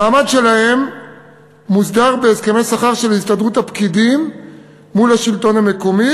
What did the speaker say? המעמד שלהם מוסדר בהסכמי שכר של הסתדרות הפקידים מול השלטון המקומי,